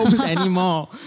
anymore